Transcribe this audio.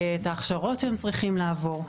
את ההכשרות שהם צריכים לעבור.